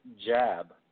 jab